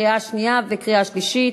קריאה שנייה וקריאה שלישית.